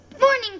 Morning